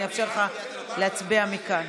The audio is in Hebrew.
ואאפשר לך להצביע מכאן.